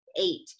eight